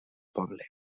poble